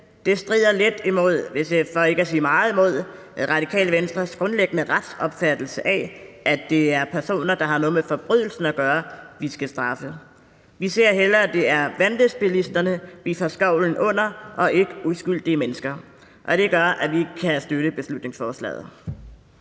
at sige meget imod, Radikale Venstres grundlæggende retsopfattelse af, at det er personer, der har noget med forbrydelsen at gøre, vi skal straffe. Vi ser hellere, at det er vanvidsbilisterne, vi får skovlen under, og ikke uskyldige mennesker, og det gør, at vi ikke kan støtte beslutningsforslaget.